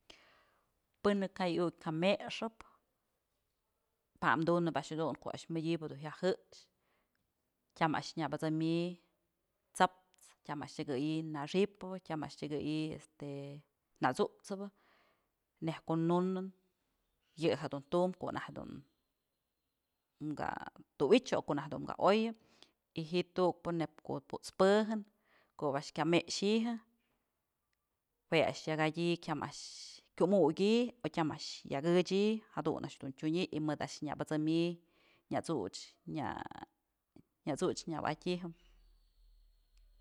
Pën je'e kay ukyë ka mëxëp pa'am dunëp a'ax jedun ko'o a'ax mëdyëbë dun jya jë'ëx tyam a'ax nyëbësëmyë t'saps tyam a'ax tyëkëyi naxipëbë tyam a'ax tyëkëyi este t'su'usëbë neyj ko'o nunë yë jedun tu'um ko'o najkë ka'a tuych o ko'o najtyë dun ka'a oyë y ji'i tukpë neyb ko'o put's pëjën ko'o ob a'ax kya më'ëxijë jue a'ax yakdyë tyam a'ax tyam a'ax kyumukyë o tyam a'ax yak ëchi'i jadun a'ax dun tyunyë y mëd a'ax nyëbëmyë nyat'such nya nyat'such nya'atyëjëm.